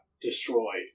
destroyed